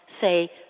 say